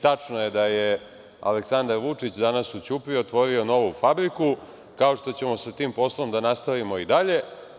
Tačno je da je Aleksandar Vučić danas u Ćupriji otvorio novu fabriku, kao što ćemo sa tim poslom da nastavimo i dalje.